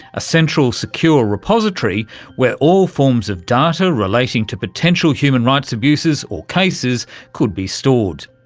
a central secure repository where all forms of data relating to potential human rights abuses or cases could be stored.